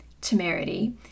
Temerity